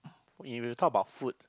when we talk about food